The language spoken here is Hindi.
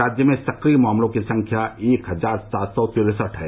राज्य में सक्रिय मामलों की संख्या एक हजार सात सौ तिरसठ है